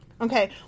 Okay